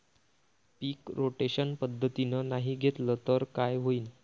पीक rotation पद्धतीनं नाही घेतलं तर काय होईन?